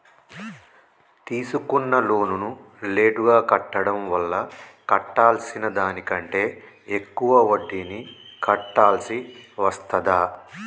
తీసుకున్న లోనును లేటుగా కట్టడం వల్ల కట్టాల్సిన దానికంటే ఎక్కువ వడ్డీని కట్టాల్సి వస్తదా?